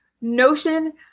notion